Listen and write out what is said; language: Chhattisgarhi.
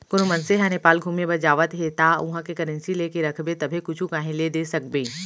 कोनो मनसे ह नेपाल घुमे बर जावत हे ता उहाँ के करेंसी लेके रखबे तभे कुछु काहीं ले दे सकबे